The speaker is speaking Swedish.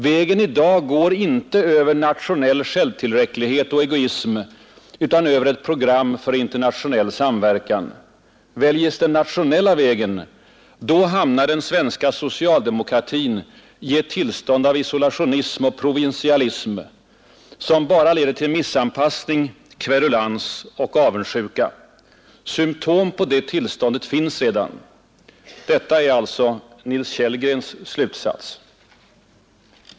Vägen i dag går inte över ”nationell självtillräcklighet och egoism utan över ett program för internationell samverkan”. Väljes den nationella vägen, då hamnar ”den svenska socialdemokratin i ett tillstånd av isolationism och provinsialism som bara leder till missanpassning, kverulans och avundsjuka”. Symtom på det tillståndet finns redan. Detta är Nils Kellgrens slutsats.